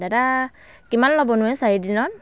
দাদা কিমান ল'বনো এই চাৰিদিনত